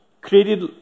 created